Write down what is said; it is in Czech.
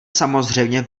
samozřejmě